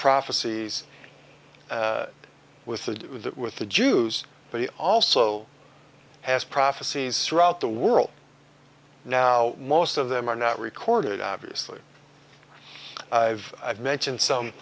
prophecies with the with the jews but he also has prophecies throughout the world now most of them are not recorded obviously i've mentioned some